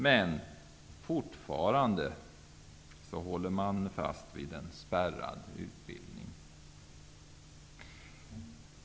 Men fortfarande håller man fast vid en spärrad utbildning.